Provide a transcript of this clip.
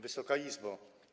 Wysoka Izbo!